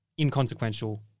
inconsequential